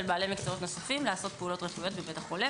בעלי מקצועות נוספים לעשות פעולות רפואיות בבית החולה.